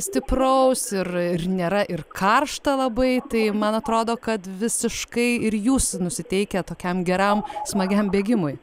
stipraus ir ir nėra ir karšta labai tai man atrodo kad visiškai ir jūs nusiteikę tokiam geram smagiam bėgimui